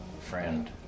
friend